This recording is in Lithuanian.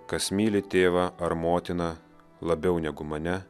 kas myli tėvą ar motiną labiau negu mane